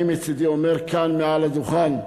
אני מצדי אומר כאן, מעל הדוכן: